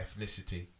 ethnicity